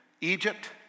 Egypt